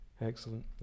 Excellent